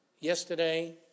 yesterday